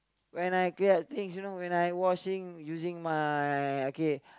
when I cleared things you know when I washing using my okay